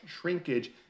shrinkage